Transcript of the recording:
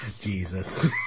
Jesus